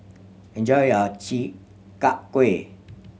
enjoy your Chi Kak Kuih